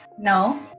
No